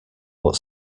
what